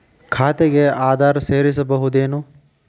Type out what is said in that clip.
ಖಾತೆಗೆ ಆಧಾರ್ ಸೇರಿಸಬಹುದೇನೂ?